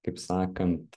kaip sakant